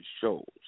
shows